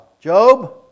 Job